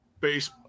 base